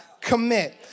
commit